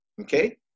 Okay